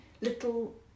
little